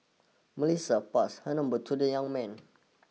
Melissa passed her number to the young man